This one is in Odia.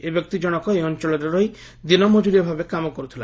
ଏହି ବ୍ୟକ୍ତି ଜଣକ ଏହି ଅଞ୍ଚଳରେ ରହି ଦିନମକୁରିଆ ଭାବେ କାମ କରୁଥିଲା